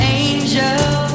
angel